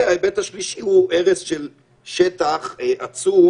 וההיבט השלישי הוא הרס של שטח עצום